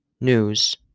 news